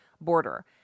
border